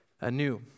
anew